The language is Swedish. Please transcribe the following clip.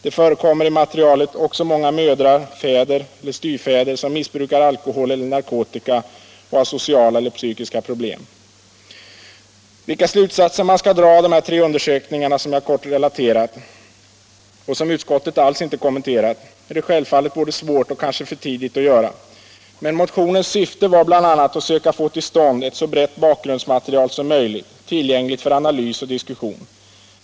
Det förekommer i materialet också många mödrar, fäder eller styvfäder som missbrukar alkohol eller narkotika och har sociala eller psykiska problem. Vilka slutsatser man skall dra av de tre undersökningar som jag här kort relaterat och som utskottet alls inte kommenterar är det självfallet både svårt och kanske för tidigt att säga, men motionens syfte var bl.a. att söka få till stånd ett så brett bakgrundsmaterial som möjligt, tillgängligt för analys och diskussion.